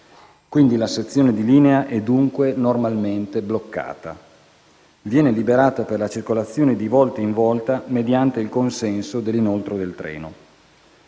Quindi la sezione di linea è dunque normalmente bloccata e viene liberata per la circolazione di volta in volta, mediante il consenso all'inoltro del treno.